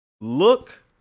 look